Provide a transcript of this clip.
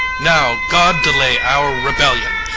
now, god delay our rebellion!